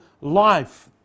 life